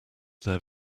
their